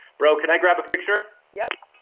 bro, could i grab a picture? yup.